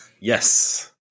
Yes